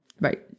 right